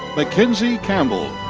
mackenzie campbell.